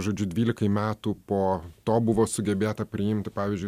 žodžiu dvylikai metų po to buvo sugebėta priimti pavyzdžiui